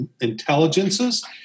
intelligences